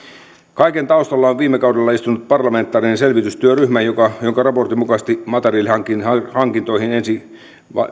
kaiken taustalla on viime kaudella istunut parlamentaarinen selvitystyöryhmä jonka raportin mukaisesti materiaalihankintoihin ensi